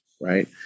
right